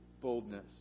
boldness